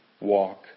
walk